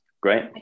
great